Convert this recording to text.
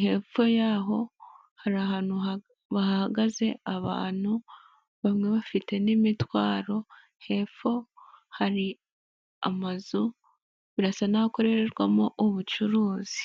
hepfo yaho hari ahantu hahagaze abantu bamwe bafite n'imitwaro, hepfo hari amazu birasa naho akorererwamo ubucuruzi.